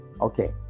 Okay